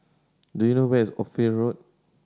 do you know where is Ophir Road